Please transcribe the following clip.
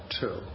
two